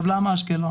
למה אשקלון